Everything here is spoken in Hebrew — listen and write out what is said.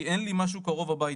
כי אין לי משהו קרוב לבית.."